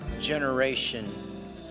generation